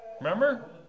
Remember